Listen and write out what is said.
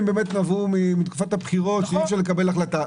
נבעו מתקופת הבחירות ואי-אפשר היה לקבל החלטה.